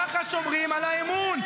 ככה שומרים על האמון.